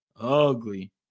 Ugly